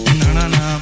na-na-na